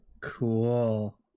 Cool